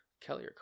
Kelly